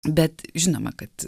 bet žinoma kad